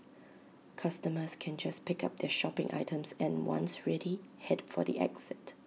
customers can just pick up their shopping items and once ready Head for the exit